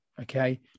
okay